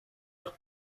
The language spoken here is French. être